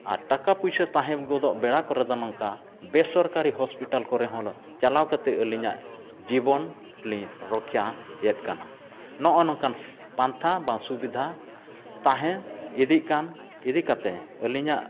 ᱟᱨ ᱴᱟᱠᱟ ᱯᱩᱭᱥᱟᱹ ᱛᱟᱦᱮᱸ ᱜᱚᱫᱚᱜ ᱵᱮᱲᱟ ᱠᱚᱨᱮᱫᱚ ᱱᱚᱝᱠᱟ ᱵᱮᱥᱚᱨᱠᱟᱨᱤ ᱦᱚᱥᱯᱤᱴᱟᱞ ᱠᱚᱨᱮᱦᱚᱸ ᱪᱟᱞᱟᱣ ᱠᱟᱛᱮᱫ ᱟᱹᱞᱤᱧᱟᱜ ᱡᱤᱵᱚᱱ ᱞᱤᱧ ᱨᱩᱠᱷᱤᱭᱟᱭᱮᱫ ᱠᱟᱱᱟ ᱱᱚᱜᱼᱚ ᱱᱚᱝᱠᱟᱱ ᱯᱟᱱᱛᱷᱟ ᱵᱟᱝ ᱥᱩᱵᱤᱫᱷᱟ ᱛᱟᱦᱮᱸ ᱤᱫᱤᱜ ᱠᱟᱱ ᱤᱫᱤ ᱠᱟᱛᱮᱫ ᱟᱹᱞᱤᱧᱟᱜ